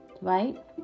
Right